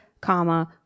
comma